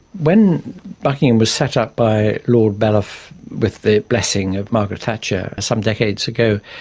when buckingham was set up by lord beloff with the blessing of margaret thatcher some decades ago,